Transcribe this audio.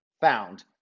found